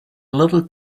little